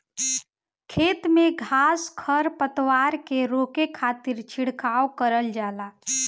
खेत में घास खर पतवार के रोके खातिर छिड़काव करल जाला